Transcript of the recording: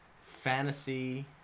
fantasy